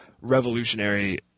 revolutionary